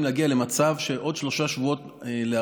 להגיע למצב שבעוד שלושה שבועות מהיום,